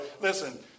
listen